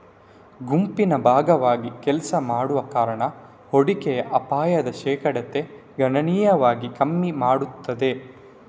ಗುಂಪಿನ ಭಾಗವಾಗಿ ಕೆಲಸ ಮಾಡುವ ಕಾರಣ ಹೂಡಿಕೆಯ ಅಪಾಯದ ಶೇಕಡತೆ ಗಣನೀಯವಾಗಿ ಕಮ್ಮಿ ಮಾಡ್ತದೆ